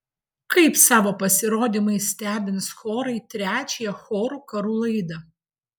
kaip savo pasirodymais stebins chorai trečiąją chorų karų laidą